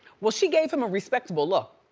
well she gave him a respectable look,